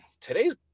today's